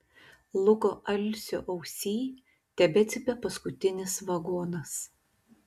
luko alsio ausyj tebecypia paskutinis vagonas